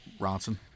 Ronson